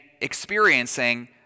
experiencing